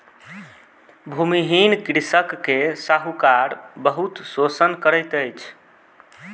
भूमिहीन कृषक के साहूकार बहुत शोषण करैत अछि